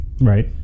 Right